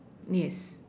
yes